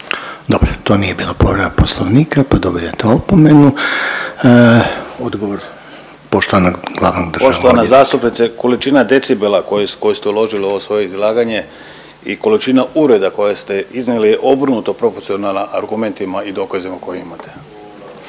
Dobro, to nije bila povreda Poslovnika, pa dobivate opomenu. Odgovor poštovanog glavnog državnog odvjetnika. **Turudić, Ivan** Poštovana zastupnice, količina decibela koju ste uložili u ovo svoje izlaganje i količina uvreda koje ste iznijeli je obrnuto proporcionalna argumentima i dokazima koje imate.